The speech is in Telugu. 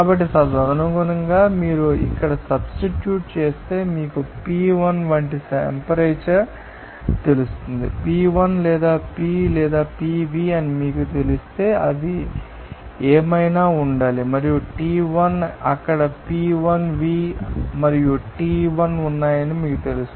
కాబట్టి తదనుగుణంగా మీరు ఇక్కడ సబ్స్టిట్యూట్ చేస్తే మీకు P1 వంటి టెంపరేచర్ తెలుసు P 1 లేదా P లేదా Pv అని మీకు తెలిస్తే అవి ఏమైనా ఉండాలి మరియు T1 అక్కడ P1V మరియుT1 ఉన్నాయని మీకు తెలుసు